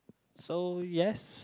so yes